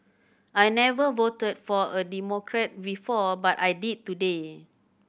I never voted for a Democrat before but I did today